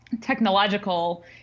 technological